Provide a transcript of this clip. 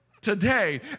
today